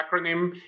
acronym